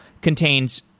contains